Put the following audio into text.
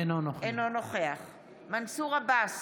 אינו נוכח מנסור עבאס,